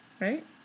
right